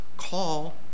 call